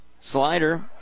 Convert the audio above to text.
Slider